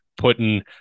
putting